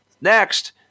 Next